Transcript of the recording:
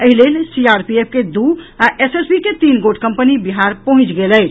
एहि लेल सीआरपीएफ के दू आ एसएसबी के तीन गोट कंपनी बिहार पहुॅचि गेल अछि